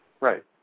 Right